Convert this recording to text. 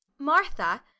Martha